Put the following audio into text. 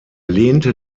lehnte